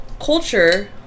culture